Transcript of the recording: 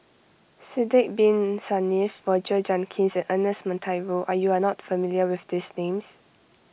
Sidek Bin Saniff Roger Jenkins and Ernest Monteiro are you are not familiar with these names